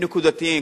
נקודתיים,